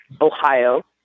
Ohio